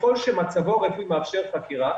ככל שמצבו הרפואי מאפשר חקירה,